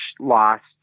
lost